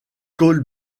cole